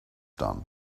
done